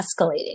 escalating